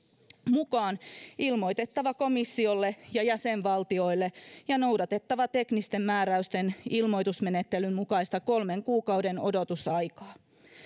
mukaan ilmoitettava komissiolle ja jäsenvaltioille ja teknisten määräysten ilmoitusmenettelyn mukaista kolmen kuukauden odotusaikaa on noudatettava